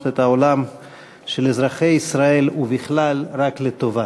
את העולם של אזרחי ישראל ובכלל רק לטובה.